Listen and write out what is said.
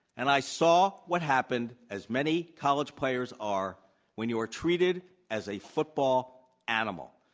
and i saw what happened as many college players are when you are treated as a football animal,